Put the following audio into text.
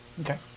Okay